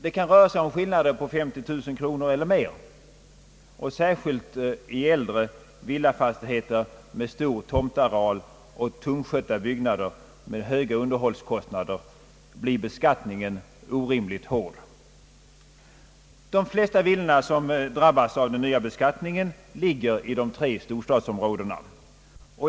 Det kan röra sig om skillnader på 50000 kronor eller mer, och särskilt för äldre villafastigheter med stor tomtareal, svårskötta byggnader och höga underhållskostnader blir beskattningen orimligt hård. De flesta villor som drabbas av den nya beskattningen ligger i de tre storstadsområdena.